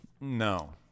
No